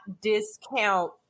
discount